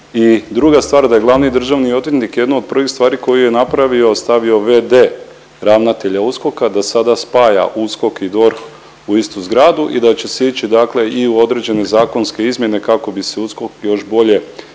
i druga stvar da je glavni državni odvjetnik jednu od prvih stvari koju je napravio stavio v.d. ravnatelja USKOK-a, da sada spaja USKOK i DORH u istu zgradu i da će se ići dakle i u određene zakonske izmjene kako bi se USKOK još bolje i